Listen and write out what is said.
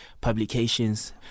publications